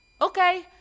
okay